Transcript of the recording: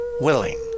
willing